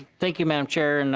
thank you mme. um chair. and and